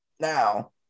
now